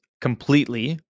completely